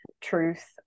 truth